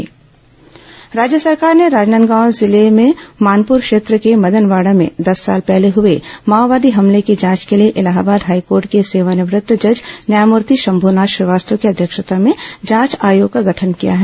मदनवाड़ा हमला जांच राज्य सरकार ने राजनांदगांव जिले में मानपुर क्षेत्र के मदनवाड़ा में दस साल पहले हुए माओवादी हमले की जांच के लिए इलाहाबाद हाईकोर्ट के सेवानिवृत्त जज न्यायमूर्ति शंभुनाथ श्रीवास्तव की अध्यक्षता में जांच आयोग का गठन किया है